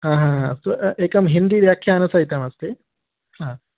आ हा हा अस्तु एकं हिन्दीव्याख्यानसहितमस्ति हा